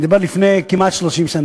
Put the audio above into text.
אני מדבר על לפני כמעט 30 שנה.